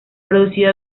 producido